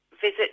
visit